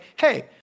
Hey